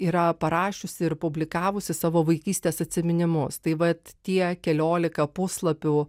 yra parašiusi ir publikavusi savo vaikystės atsiminimus tai vat tie keliolika puslapių